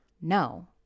No